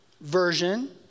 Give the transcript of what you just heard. version